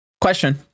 Question